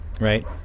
right